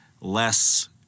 less